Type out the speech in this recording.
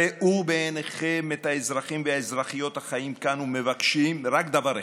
ראו בעיניכם את האזרחים והאזרחיות החיים כאן ומבקשים רק דבר אחד: